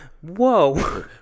Whoa